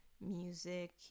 music